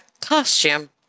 costume